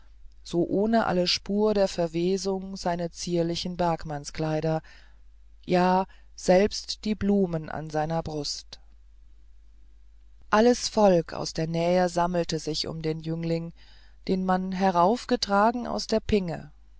so ohne alle spur der verwesung seine zierliche bergmannskleider ja selbst die blumen an der brust alles volk aus der nähe sammelte sich um den jüngling den man heraufgetragen aus der pinge